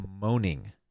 moaning